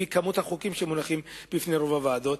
לפי מספר החוקים שמונחים בפני רוב הוועדות,